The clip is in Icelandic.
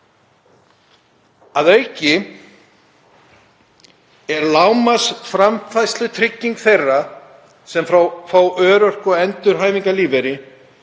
Að auki er lágmarksframfærslutrygging þeirra sem fá örorku- og endurhæfingarlífeyri